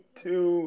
two